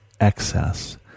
excess